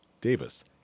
Davis